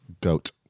goat